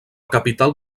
capital